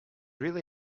really